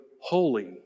holy